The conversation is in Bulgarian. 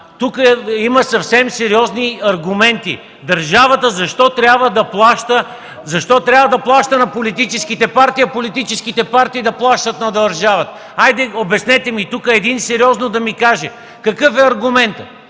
Тук има съвсем сериозни аргументи – защо държавата трябва да плаща на политическите партии, а политическите партии да плащат на държавата? Хайде, обяснете ми го. Нека тук един сериозно да ми каже какъв е аргументът?